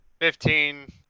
fifteen